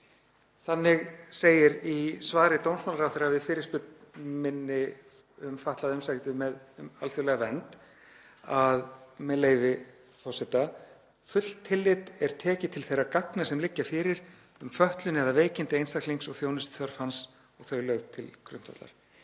Þannig segir í svari dómsmálaráðherra við fyrirspurn minni um fatlaða umsækjendur um alþjóðlega vernd, með leyfi forseta: „Fullt tillit er tekið til þeirra gagna sem liggja fyrir um fötlun eða veikindi einstaklings og þjónustuþörf hans og þau lögð til grundvallar.“